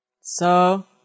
So